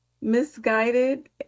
misguided